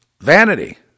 vanity